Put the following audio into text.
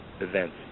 events